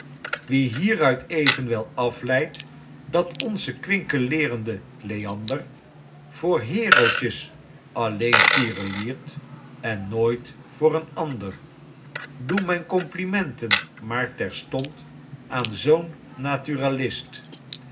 wie hieruit evenwel afleidt dat onze kwinkeleerende leander voor herootjes alleen tiereliert en nooit voor een ander doe mijn komplimenten maar terstond aan zoo'n